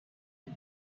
din